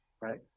right